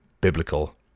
biblical